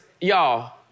y'all